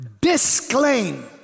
disclaim